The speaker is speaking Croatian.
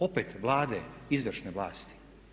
Opet Vlade, izvršne vlasti.